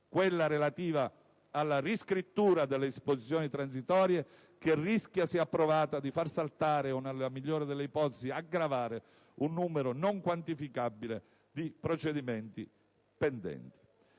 quella relativa alla riscrittura delle disposizioni transitorie, che rischia se approvata di far saltare o, nella migliore delle ipotesi, aggravare un numero non quantificabile di procedimenti pendenti.